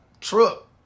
truck